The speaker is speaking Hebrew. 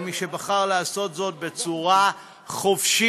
למי שבחר לעשות זאת בצורה חופשית.